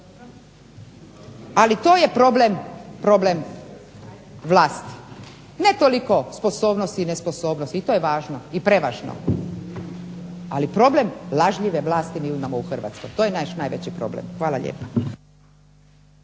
Ali to je problem vlasti, ne toliko sposobnosti i nesposobnosti i to je važno i prevažno, ali problem lažljive vlasti mi imamo u Hrvatskoj. To je naš najveći problem. Hvala lijepa.